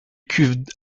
cuves